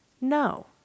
No